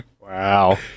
Wow